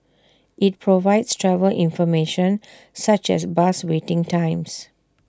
IT provides travel information such as bus waiting times